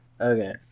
Okay